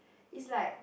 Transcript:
it's like